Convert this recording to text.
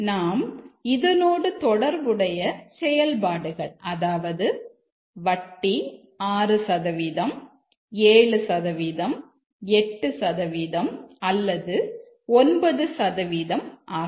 நாம் இதனோடு தொடர்புடைய செயல்பாடுகள் அதாவது வட்டி 6 சதவீதம் 7 சதவீதம் 8 சதவீதம் அல்லது 9 சதவீதம் ஆகும்